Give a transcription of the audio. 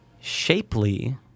shapely